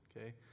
Okay